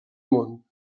món